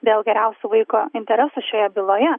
dėl geriausių vaiko interesų šioje byloje